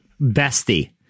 bestie